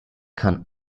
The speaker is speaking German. kann